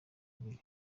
babiri